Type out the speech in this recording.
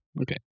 Okay